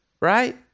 right